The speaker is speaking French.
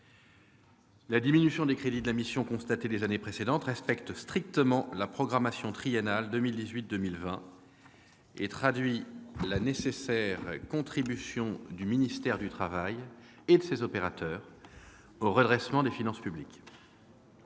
La diminution des crédits de la mission constatée les années précédentes respecte strictement la programmation triennale 2018-2020 et traduit la nécessaire contribution du ministère du travail et de ses opérateurs au redressement des finances publiques.